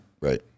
Right